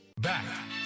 Back